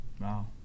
Wow